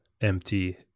empty